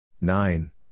nine